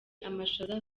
amashaza